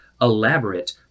elaborate